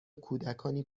کودکانی